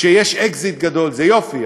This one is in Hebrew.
כשיש אקזיט גדול זה יופי,